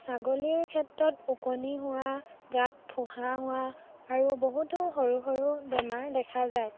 ছাগলীৰ ক্ষেত্ৰত ওকনি হোৱা গাত ফোঁহা হোৱা আৰু বহুতো সৰু সৰু বেমাৰ দেখা যায়